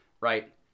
right